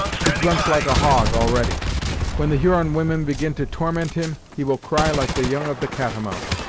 he grunts like a hog, already when the huron women begin to torment him, he will cry like the young of the catamount.